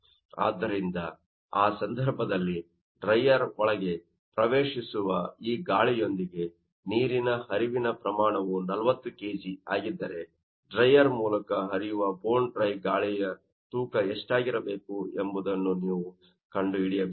ಆದ್ದರಿಂದ ಆ ಸಂದರ್ಭದಲ್ಲಿ ಡ್ರೈಯರ್ ಒಳಗೆ ಪ್ರವೇಶಿಸುವ ಈ ಗಾಳಿಯೊಂದಿಗೆ ನೀರಿನ ಹರಿವಿನ ಪ್ರಮಾಣವು 40 kg ಆಗಿದ್ದರೆ ಡ್ರೈಯರ್ ಮೂಲಕ ಹರಿಯುವ ಬೋನ್ ಡ್ರೈ ಗಾಳಿಯ ತೂಕ ಎಷ್ಟಾಗಿರಬೇಕು ಎಂಬುದನ್ನು ನೀವು ಕಂಡುಹಿಡಿಯಬೇಕು